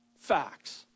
facts